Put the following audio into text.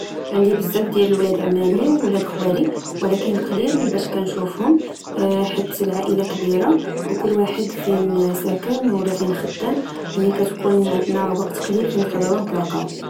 عندكي بزاف ديال ولاد عمامك وولاد خوالك، ولكن كاين قليل باش تشوفهم، حيت العائلة كبيرة، وكل واحد فين ساكن، ولا فين خدام، يعني كتكون عندنا وقت قليل فين نقدرو نتلاقاو